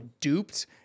duped